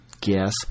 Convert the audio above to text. guess